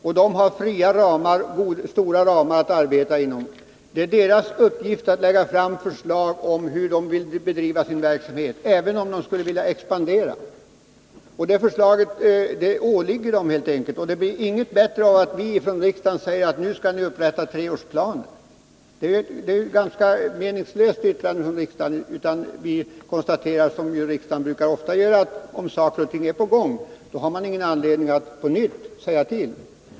De måste ha fria och vida ramar att arbeta inom. Det är deras uppgift att lägga fram förslag om hur de vill bedriva sin verksamhet, även om de skulle vilja expandera. Det åligger dem helt enkelt att ställa förslag, och det blir inte bättre om vi från riksdagen säger att de skall upprätta treårsplaner. Det vore ett ganska meningslöst yttrande från riksdagen. Vi konstaterar i stället, som vi i riksdagen ofta gör, att om saker och ting är på gång, har man ingen anledning att på nytt säga till.